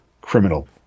criminal